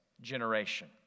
generation